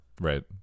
Right